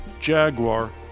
Jaguar